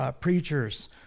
preachers